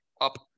up